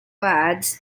adds